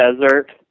desert